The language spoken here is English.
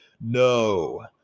No